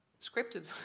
scripted